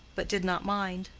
but did not mind.